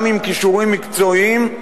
גם עם כישורים מקצועיים,